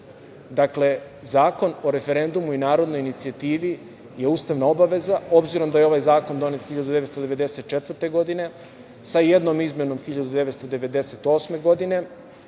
Dakle, Zakon o referendumu i narodnoj inicijativi je ustavna obaveza, obzirom da je ovaj zakon donet 1994. godine, sa jednom izmenom 1998. godine,